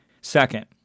Second